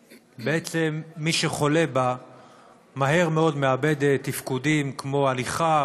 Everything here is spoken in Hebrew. שמי שחולה בה מהר מאוד מאבד תפקודים כמו הליכה,